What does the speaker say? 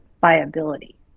viability